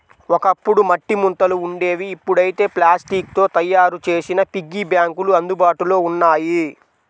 ఒకప్పుడు మట్టి ముంతలు ఉండేవి ఇప్పుడైతే ప్లాస్టిక్ తో తయ్యారు చేసిన పిగ్గీ బ్యాంకులు అందుబాటులో ఉన్నాయి